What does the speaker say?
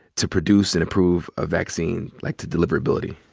to produce and approve ah vaccine, like, to deliverability?